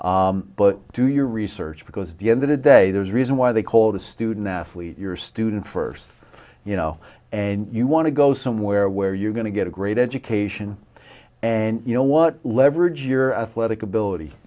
football but do your research because the end of the day there's a reason why they call the student athlete your student first you know and you want to go somewhere where you're going to get a great education and you know what leverage your athletic ability